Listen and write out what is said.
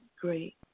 great